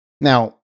now